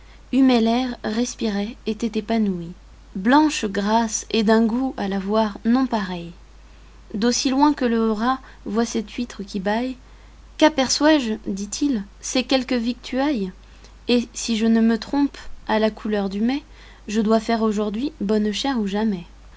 l'air respirait était épanouie blanche grasse et d'un goût à la voir nompareil d'aussi loin que le rat voit cette huître qui bâille quaperçois je dit-il c'est quelque victuaille et si je ne me trompe à la couleur du mets je dois faire aujourd'hui bonne chère ou jamais